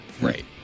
Right